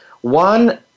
One